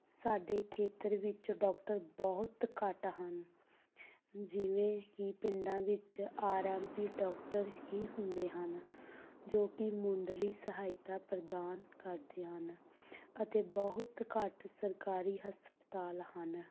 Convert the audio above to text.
ਸਾਡੇ ਖੇਤਰ ਵਿੱਚ ਡਾਕਟਰ ਬਹੁਤ ਘੱਟ ਹਨ ਜਿਵੇਂ ਕਿ ਪਿੰਡਾਂ ਵਿੱਚ ਆਰ ਐਮ ਪੀ ਡਾਕਟਰ ਹੀ ਹੁੰਦੇ ਹਨ ਜੋ ਕਿ ਮੁੱਢਲੀ ਸਹਾਇਤਾ ਪ੍ਰਦਾਨ ਕਰਦੇ ਹਨ ਅਤੇ ਬਹੁਤ ਘੱਟ ਸਰਕਾਰੀ ਹਸਪਤਾਲ ਹਨ